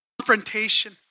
Confrontation